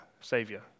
Savior